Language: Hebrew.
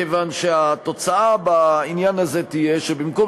מכיוון שהתוצאה בעניין הזה תהיה שבמקום